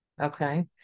Okay